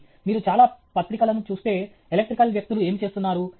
మీరు చాలా పత్రికలను చూస్తే ఎలక్ట్రికల్ వ్యక్తులు ఏమి చేస్తున్నారు